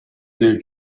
nel